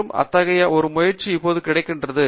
மற்றும் அத்தகைய ஒரு முயற்சி இப்போது கிடைக்கிறது